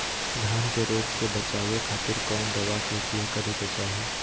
धान के रोग से बचावे खातिर कौन दवा के उपयोग करें कि चाहे?